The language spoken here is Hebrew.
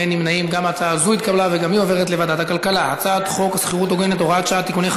ההצעה להעביר את הצעת חוק השכירות והשאילה (תיקון,